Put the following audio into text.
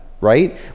right